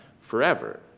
forever